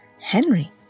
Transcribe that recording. Henry